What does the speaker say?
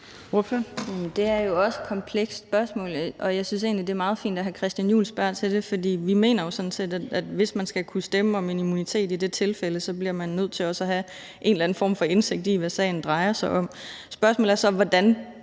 Det er jo også et komplekst spørgsmål, og jeg synes egentlig, det er meget fint, at hr. Christian Juhl spørger til det, for vi mener jo sådan set, at hvis man skal kunne stemme om immunitet i det tilfælde, bliver man nødt til også at have en anden form for indsigt i, hvad sagen drejer sig om. Spørgsmålet er så, hvordan